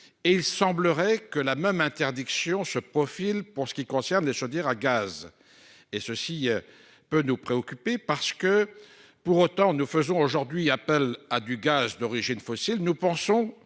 et il semblerait que la même interdiction se profile pour ce qui concerne la chaudière à gaz et ceci. Peut nous préoccuper parce que pour autant nous faisons aujourd'hui appel à du gaz d'origine fossile. Nous pensons